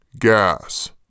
gas